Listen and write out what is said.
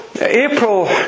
April